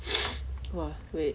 !wah! wait